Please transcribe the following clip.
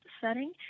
setting